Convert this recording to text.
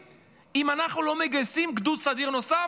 אם אנחנו לא מגייסים גדוד סדיר נוסף,